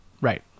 Right